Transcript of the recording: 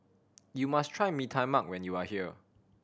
you must try Mee Tai Mak when you are here